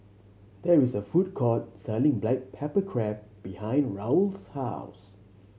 there is a food court selling black pepper crab behind Raul's house